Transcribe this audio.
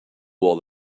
all